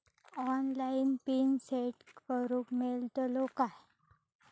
Online PIN set करूक मेलतलो काय?